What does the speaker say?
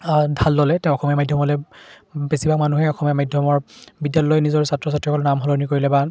ঢাল ল'লে তেওঁ অসমীয়া মাধ্যমলৈ বেছিভাগ মানুহে অসমীয়া মাধ্যমৰ বিদ্যালয়লৈ নিজৰ ছাত্ৰ ছাত্ৰীসকলৰ নাম সলনি কৰিলে বা